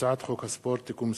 הצעת חוק הספורט (תיקון מס'